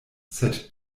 sed